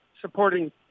supporting